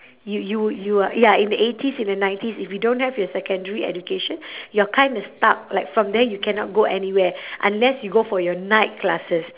you you you are ya in the eighties in the nineties if you don't have your secondary education you're kinda stuck like from there you cannot go anywhere unless you go for your night classes